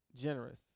generous